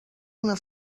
una